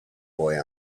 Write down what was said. boy